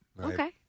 Okay